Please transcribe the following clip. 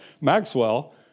Maxwell